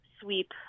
sweep